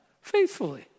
faithfully